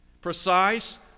precise